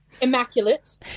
Immaculate